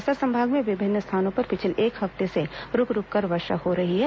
बस्तर संभाग में विभिन्न स्थानों पर पिछले एक हफ्ते से रूक रूक कर वर्षा हो रही है